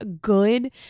good